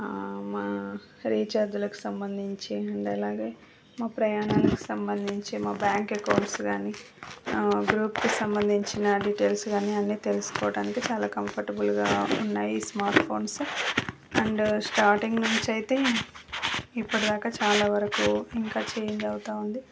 మా రిఛార్జులకు సంబంధించి అలాగే మా ప్రయాణాలకు సంబంధించి మా బ్యాంక్ అకౌంట్స్ కాని గ్రూప్కి సంబంధించిన డిటైల్స్ కాని అన్నీ తెలుసుకోవటానికి చాలా కంఫాటబుల్గా ఉన్నాయి ఈ స్మార్ట్ ఫోన్సు అండ్ స్టార్టింగ్ నుంచైతే ఇప్పటిదాక చాలవరకు ఇంకా చేంజ్ అవుతూ ఉంది